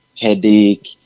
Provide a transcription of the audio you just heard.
headache